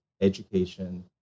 education